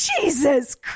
Jesus